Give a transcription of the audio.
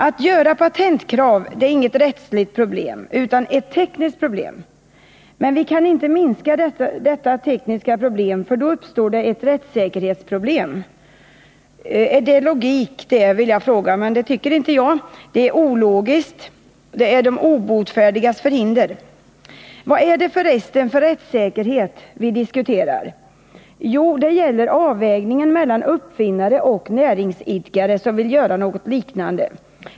Att formulera patentkrav är inget rättsligt problem, utan ett tekniskt problem. Men vi kan inte minska dessa tekniska problem, för då uppstår det ett rättssäkerhetsproblem. Är det logik det? Det tycker inte jag — det är de obotfärdigas förhinder. Vad är det för resten för rättssäkerhet som vi diskuterar? Jo, det gäller avvägningen mellan uppfinnare och näringsidkare, som efterbildar uppfinnarnas konstruktioner.